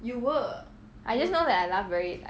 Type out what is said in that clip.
I just know that I laughed very like